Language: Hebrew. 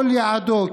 כל יעדו,